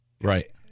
Right